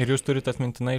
ir jūs turit atmintinai